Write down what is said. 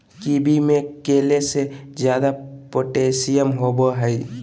kiwi में केले से ज्यादा पोटेशियम होबो हइ